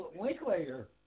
Linklater